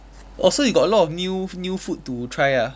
orh so you got a lot of new new food to try ah